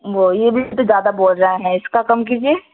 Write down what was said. وہ یہ بھی تو زیادہ بول رہے ہیں اس کا کم کیجیے